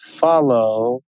follow